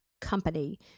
Company